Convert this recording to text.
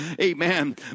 Amen